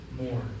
more